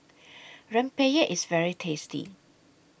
Rempeyek IS very tasty